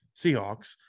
Seahawks